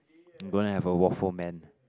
I'm gonna have a waffle man